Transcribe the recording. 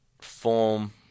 form